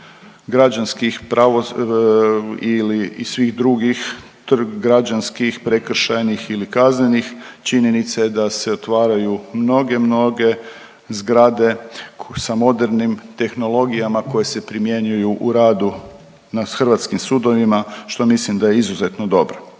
građanskih ili i svih drugih građanskih, prekršajnih ili kaznenih činjenica je da se otvaraju mnoge, mnoge zgrade sa modernim tehnologijama koje se primjenjuju u radu na hrvatskim sudovima što mislim da je izuzetno dobro.